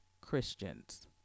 Christians